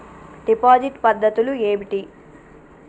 Deposit పద్ధతులు ఏమిటి?